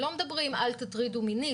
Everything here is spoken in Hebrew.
לא אומרים אל תטרידו מינית,